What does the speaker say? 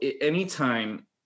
anytime